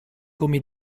come